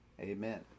Amen